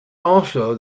also